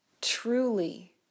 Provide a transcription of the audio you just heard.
truly